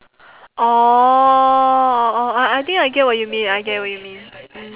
orh I I think I get what you mean I get what you mean mm